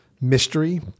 mystery